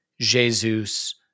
Jesus